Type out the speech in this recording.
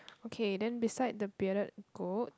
okay then beside the bearded goat